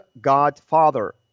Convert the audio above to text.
Godfather